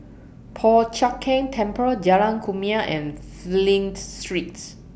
Po Chiak Keng Temple Jalan Kumia and Flint Streets